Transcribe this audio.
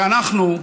ואנחנו,